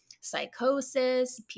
psychosis